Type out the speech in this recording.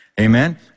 Amen